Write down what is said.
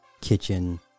kitchen